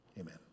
Amen